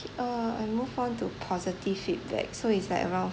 K uh I move on to positive feedback so it's like around